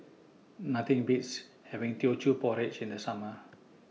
Nothing Beats having Teochew Porridge in The Summer